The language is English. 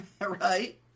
Right